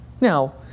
Now